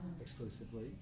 exclusively